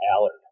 Allard